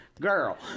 girl